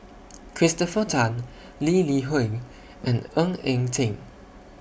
Christopher Tan Lee Li Hui and Ng Eng Teng